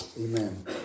amen